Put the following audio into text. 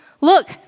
look